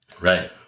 Right